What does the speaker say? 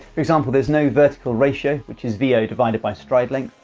for example, there's no vertical ratio which is vo divided by stride length,